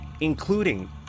including